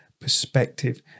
perspective